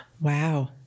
Wow